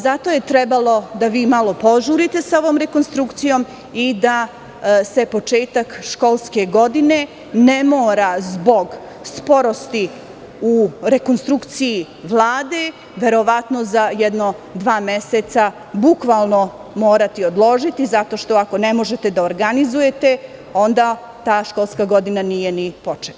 Zato je trebalo da vi malo požurite sa ovom rekonstrukcijom i da se početak školske godine ne mora zbog sporosti u rekonstrukciji Vlade, verovatno za jedno dva meseca bukvalno morati odložiti, zato što ako ne možete da organizujete, onda ta školska godina nije ni početa.